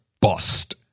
bust